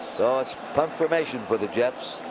ah it's punt formation for the jets.